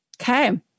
Okay